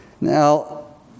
Now